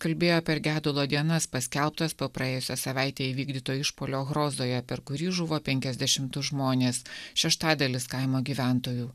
kalbėjo per gedulo dienas paskelbtas po praėjusią savaitę įvykdyto išpuolio hrozoje per kurį žuvo penkiasdešim du žmonės šeštadalis kaimo gyventojų